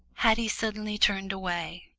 haddie suddenly turned away,